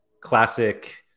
classic